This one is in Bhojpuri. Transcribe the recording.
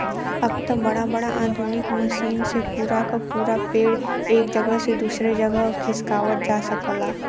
अब त बड़ा बड़ा आधुनिक मसीनन से पूरा क पूरा पेड़ एक जगह से दूसर जगह खिसकावत जा सकला